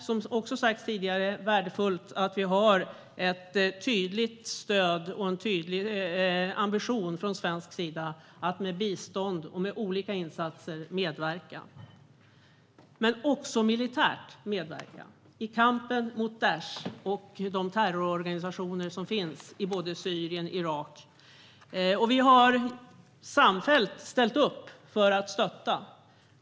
Som också sagts tidigare är det värdefullt att vi har ett tydligt stöd för och en tydlig ambition från svensk sida att medverka med bistånd och olika insatser. Det gäller också att medverka militärt i kampen mot Daish och de terrororganisationer som finns i både Syrien och Irak. Vi har samfällt ställt upp för att stötta.